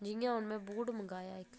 जि'यां हून में बूट मंगाया इक